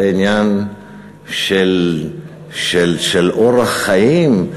זה עניין של אורח חיים,